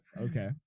Okay